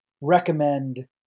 recommend